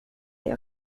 det